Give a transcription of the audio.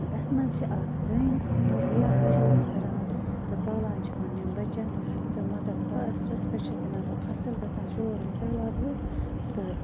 تتھ مَنٛز چھِ اکھ زٔنۍ واریاہ محنت کَران تہٕ پالان چھِ پَننٮ۪ن بَچَن تہٕ مگر لاسٹَس پیٚٹھ چھِ تِمن سۄ پھصل گَژھان سورُے سہلاب تہٕ